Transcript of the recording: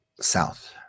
south